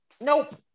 nope